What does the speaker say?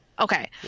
okay